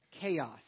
chaos